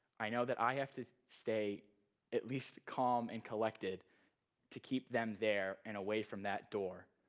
i know that i have to stay at least calm and collected to keep them there and away from that door.